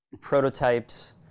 prototypes